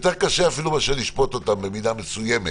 יותר קשה אפילו מאשר לשפוט אותם במידה מסוימת.